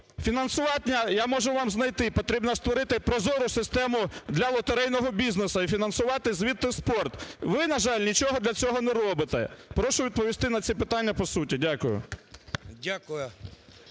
Фінансування? Я можу вам знайти. Потрібно створити прозору систему для лотерейного бізнесу і фінансувати звідти спорт. Ви, на жаль, нічого для цього не робите. Прошу відповісти на ці питання по суті. Дякую.